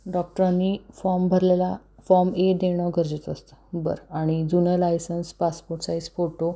डॉक्टरांनी फॉर्म भरलेला form A देणं गरजेचं असतं बरं आणि जुनं लायसन्स पासपोर्ट साईज फोटो